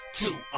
two